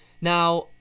Now